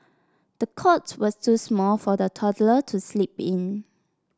the cot was too small for the toddler to sleep in